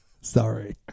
Sorry